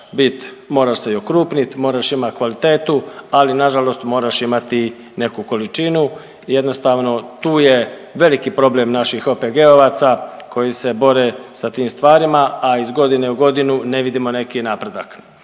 bit, moraš se i okrupnit, moraš imat kvalitetu, ali nažalost moraš imati i neku količinu i jednostavno tu je veliki problem naših OPG-ovaca koji se bore sa tim stvarima, a iz godine u godinu ne vidimo neki napredak.